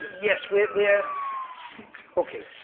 yes, we're. okay,